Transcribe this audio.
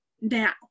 now